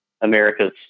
America's